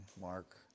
Mark